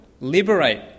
liberate